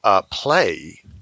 play